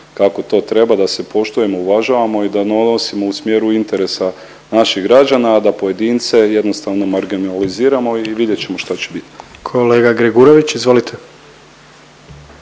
kako to treba da se poštujemo uvažavamo i da nosimo u smjeru interesa naših građana, a da pojedince jednostavno marginaliziramo i vidjet ćemo šta će bit. **Jandroković, Gordan